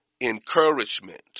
encouragement